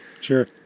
Sure